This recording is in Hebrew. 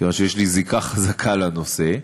כיוון שיש לי זיקה חזקה לנושא,